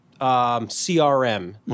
CRM